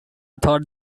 thought